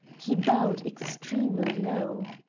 he bowed extremely low.